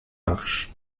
marche